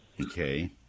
Okay